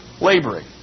laboring